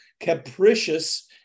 capricious